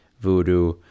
voodoo